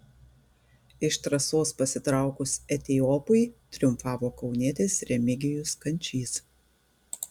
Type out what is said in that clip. iš trasos pasitraukus etiopui triumfavo kaunietis remigijus kančys